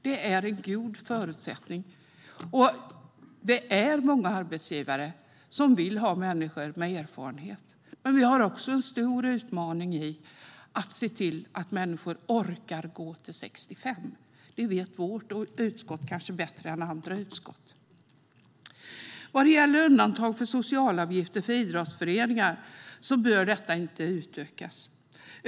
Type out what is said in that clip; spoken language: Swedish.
Det är en god förutsättning. Och det är många arbetsgivare som vill ha människor med erfarenhet. Men vi har också en stor utmaning i att se till att människor orkar gå till 65. Det vet vårt utskott kanske bättre än andra utskott. Undantaget för socialavgifter för idrottsföreningar bör inte utökas.